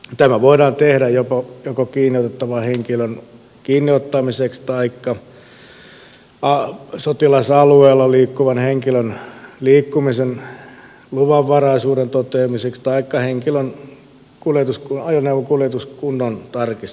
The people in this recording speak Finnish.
tämä voidaan tehdä joko kiinniotettavan henkilön kiinniottamiseksi taikka sotilasalueella liikkuvan henkilön liikkumisen luvanvaraisuuden toteamiseksi taikka henkilön ajoneuvon kuljetuskunnon tarkistamiseksi